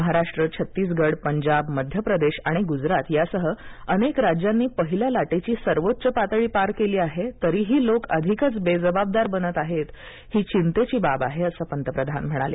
महाराष्ट्र छत्तीसगड पंजाब मध्यप्रदेश आणि गुजरात यासह अनेक राज्यांनी पहिल्या लाटेची सर्वोच्च पातळी पार केली आहे तरीही लोक अधिकच बेजबाबदार बनत आहेत ही चिंतेची बाब आहे असं पंतप्रधान म्हणाले